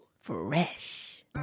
Fresh